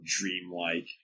dreamlike